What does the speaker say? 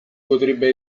potrebbe